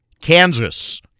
Kansas